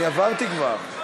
אני עברתי כבר.